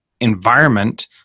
environment